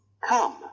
Come